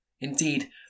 Indeed